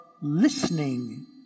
listening